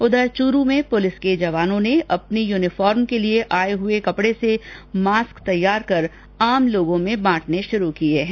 उधर चूरू में पुलिस के जवानों ने अपनी यूनिफार्म के लिये आये हुए कपडे से मास्क तैयार कर आमलोगों में बांटने शुरू किये है